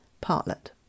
Partlet